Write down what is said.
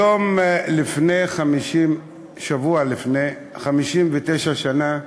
היום, שבוע לפני, לפני 59 שנה,